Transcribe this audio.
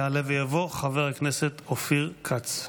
יעלה ויבוא חבר הכנסת אופיר כץ.